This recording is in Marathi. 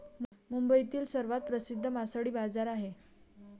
मुंबईतील सर्वात प्रसिद्ध मासळी बाजार आहे